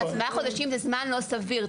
ארבעה חודשים זה זמן לא סביר.